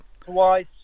twice